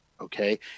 okay